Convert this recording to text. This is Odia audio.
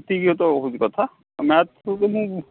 ଏତିକି ତ ହଉଛି କଥା ଆଉ ମ୍ୟାଥ୍କୁ କିନ୍ତୁ